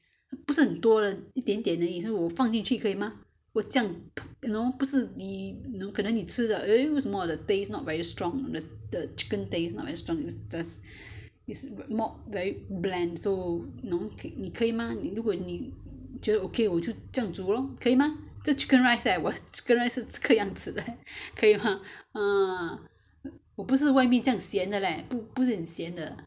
不是很多的一点点而已我放进去可以吗这样 you know 不是你可能你吃了 eh 为什么 the taste not very strong the chicken taste not very strong it~ mo~ very plain so you know 你可以吗如果你觉得 okay 我就这样煮 lor 可以吗这个 chicken rice leh 我的 chicken rice 是这个样子的 leh 可以吗 ah 不是外面这样咸的 leh 不是很咸的